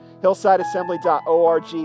hillsideassembly.org